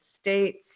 States